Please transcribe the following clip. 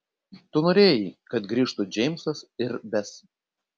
tu norėjai kad grįžtų džeimsas ir bes